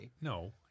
No